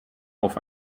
auf